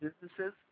businesses